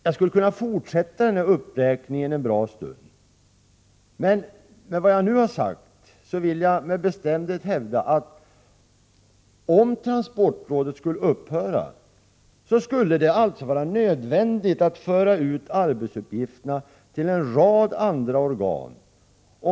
Jag skulle kunna fortsätta uppräkningen en bra stund, men med vad jag nu har sagt vill jag med bestämdhet hävda, att om transportrådet skulle upphöra skulle det alltså vara nödvändigt att föra ut arbetsuppgifterna till en rad andra organ.